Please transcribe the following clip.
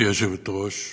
היושבת-ראש,